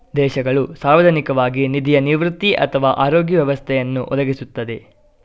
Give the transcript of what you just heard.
ದೇಶಗಳು ಸಾರ್ವಜನಿಕವಾಗಿ ನಿಧಿಯ ನಿವೃತ್ತಿ ಅಥವಾ ಆರೋಗ್ಯ ವ್ಯವಸ್ಥೆಯನ್ನು ಒದಗಿಸುತ್ತವೆ